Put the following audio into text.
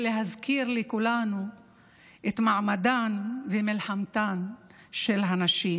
להזכיר לכולנו את מעמדן ומלחמתן של הנשים,